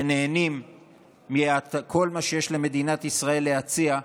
שנהנים מכל מה שיש למדינת ישראל להציע,